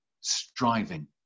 striving